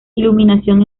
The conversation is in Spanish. iluminación